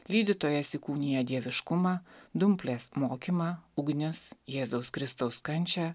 lydytojas įkūnija dieviškumą dumplės mokymą ugnis jėzaus kristaus kančią